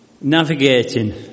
navigating